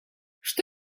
что